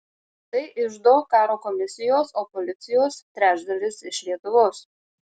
tai iždo karo komisijos o policijos trečdalis iš lietuvos